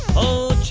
o